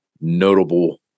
notable